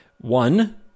one